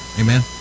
Amen